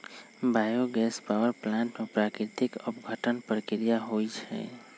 bio gas power plant में प्राकृतिक अपघटन प्रक्रिया होइ छइ